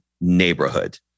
neighborhood